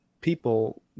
people